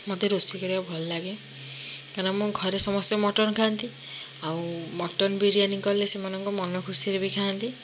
ମୋତେ ରୋଷେଇ କରିବାକୁ ଭଲ ଲାଗେ କାହିଁକି ନା ଘରେ ସମସ୍ତେ ମଟନ୍ ଖାଆନ୍ତି ଆଉ ମଟନ୍ ବିରୀୟାନି କଲେ ସେମାନଙ୍କ ମନ ଖୁସିରେ ବି ଖାଆନ୍ତି